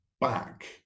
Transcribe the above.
back